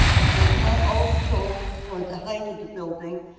okay, and also for the height of the building.